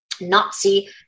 Nazi